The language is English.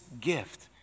gift